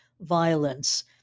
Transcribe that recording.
violence